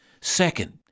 Second